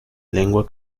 lengua